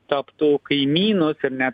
taptų kaimynus ir net